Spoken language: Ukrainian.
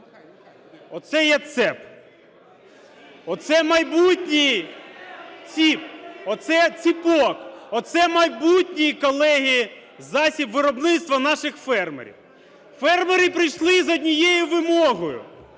оце є цеп, оце майбутній ціп, оце ціпок, оце майбутній, колеги, засіб виробництва наших фермерів. Фермери прийшли з однією вимогою,